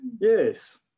Yes